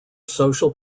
social